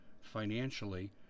financially